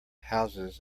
houses